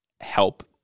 help